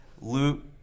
loot